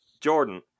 Jordan